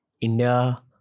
India